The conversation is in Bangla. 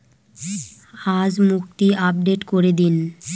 আজ মুক্তি আপডেট করে দিন